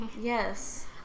Yes